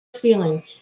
feeling